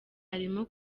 arimo